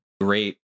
great